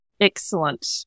Excellent